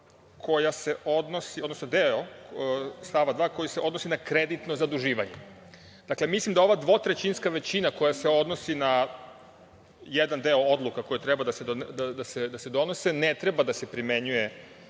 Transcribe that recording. koja se odnosi, odnosno deo stava 2. koji se odnosi na kreditno zaduživanje. Dakle, mislim da ova dvotrećinska većina koja se odnosi na jedan deo odluka koje treba da se donose ne treba da se primenjuje